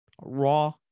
Raw